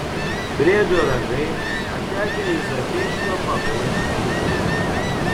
briedžio ragai patekę į zapyškio pagonių šventyklą